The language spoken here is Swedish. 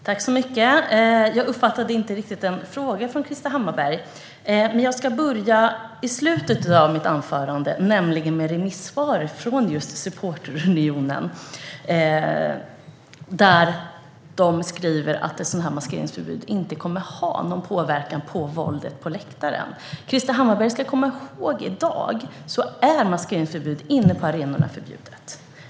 Herr talman! Jag uppfattade inte riktigt någon fråga från Krister Hammarbergh, men jag ska börja i slutet av mitt anförande, nämligen med remissvaren från Fotbollssupporterunionen. De skriver att ett maskeringsförbud inte kommer att ha någon påverkan på våldet på läktarna. Krister Hammarbergh ska komma ihåg att maskering inne på arenorna är förbjudet i dag.